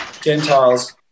Gentiles